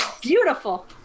beautiful